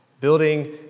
building